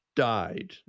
died